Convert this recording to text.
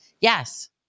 Yes